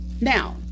now